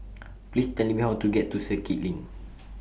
Please Tell Me How to get to Circuit LINK